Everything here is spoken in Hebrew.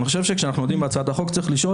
אני חושב שכאשר אנחנו נוגעים בהצעת החוק צריך לשאול